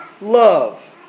love